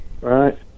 right